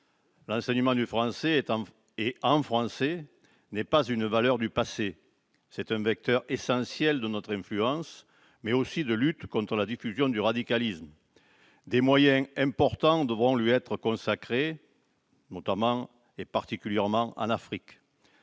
L'enseignement du français et en français n'est pas une valeur du passé ; c'est un vecteur essentiel de notre influence, mais aussi de la lutte contre la diffusion du radicalisme. Des moyens importants devront lui être consacrés, en particulier en Afrique.